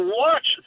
watch